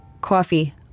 Coffee